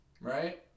right